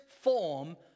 form